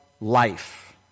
life